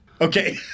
Okay